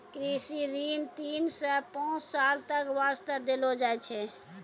कृषि ऋण तीन सॅ पांच साल तक वास्तॅ देलो जाय छै